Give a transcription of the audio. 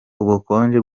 ubukonje